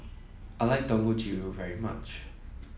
I like Dangojiru very much